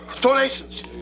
donations